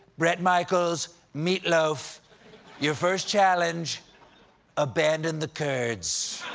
brett michaels, meatloaf your first challenge abandon the kurds.